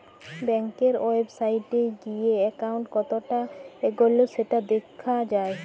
ব্যাংকের ওয়েবসাইটে গিএ একাউন্ট কতটা এগল্য সেটা দ্যাখা যায়